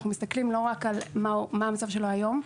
מסתכלים לא רק על מה המצב שלו היום,